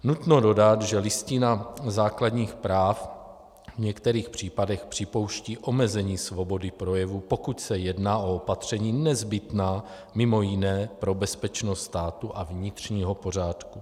Nutno dodat, že Listina základních práv v některých případech připouští omezení svobody projevu, pokud se jedná o opatření nezbytná mj. pro bezpečnost státu a vnitřního pořádku.